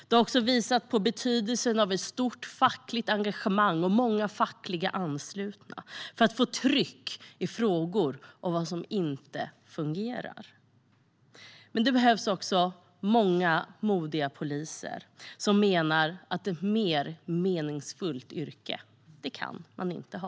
Detta har även visat på betydelsen av ett stort fackligt engagemang och många fackligt anslutna för att man ska få tryck i frågor om vad som inte fungerar. Men det behövs också många modiga poliser som menar: Ett mer meningsfullt yrke kan man inte ha.